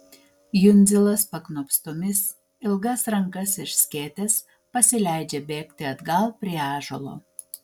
jundzilas paknopstomis ilgas rankas išskėtęs pasileidžia bėgti atgal prie ąžuolo